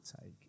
take